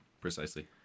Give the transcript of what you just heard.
precisely